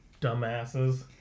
dumbasses